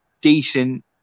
decent